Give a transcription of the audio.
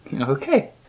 Okay